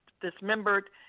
dismembered